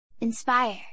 Inspire